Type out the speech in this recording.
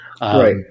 Right